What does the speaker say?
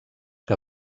que